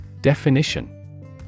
Definition